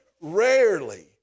rarely